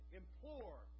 implore